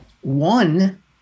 one